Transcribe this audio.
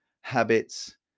habits